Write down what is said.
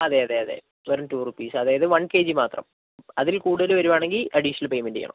അതെ അതെ അതെ വെറും ടൂ റുപ്പീസ് അതായത് വൺ കെ ജി മാത്രം അതിൽ കൂടുതൽ വരുവാണെങ്കിൽ അഡീഷണൽ പേയ്മെൻറ്റ് ചെയ്യണം